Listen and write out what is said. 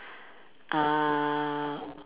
uh